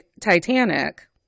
titanic